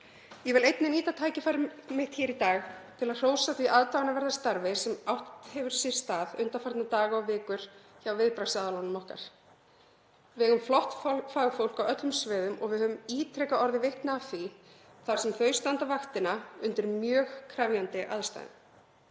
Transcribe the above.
Ég vil einnig nýta tækifærið hér í dag til að hrósa því aðdáunarverða starfi sem átt hefur sér stað undanfarna daga og vikur hjá viðbragðsaðilum okkar. Við eigum flott fagfólk á öllum sviðum og við höfum ítrekað orðið vitni að því að þau standa vaktina við mjög krefjandi aðstæður.